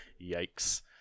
Yikes